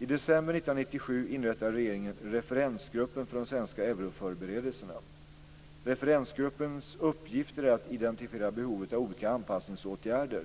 I december 1997 inrättade regeringen referensgruppen för de svenska euroförberedelserna. Referensgruppens uppgifter är att identifiera behovet av olika anpassningsåtgärder